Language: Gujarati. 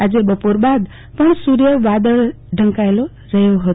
આજે બપોર બાદ પણ સર્ય વાદળથી ઢંકાયેલ રહયો હતો